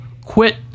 quit